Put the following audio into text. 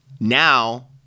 now